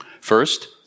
First